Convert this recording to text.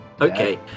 Okay